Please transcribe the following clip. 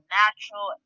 natural